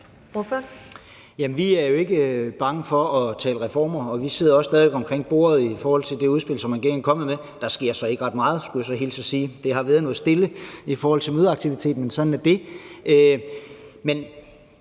(DF): Jamen vi er jo ikke bange for at tale reformer, og vi sidder også stadig væk omkring bordet i forhold til det udspil, som regeringen er kommet med. Der sker så ikke ret meget, skulle jeg hilse at sige, for der har været noget stille i forhold til mødeaktiviteten, men sådan er det. Hvis